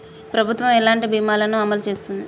ప్రభుత్వం ఎలాంటి బీమా ల ను అమలు చేస్తుంది?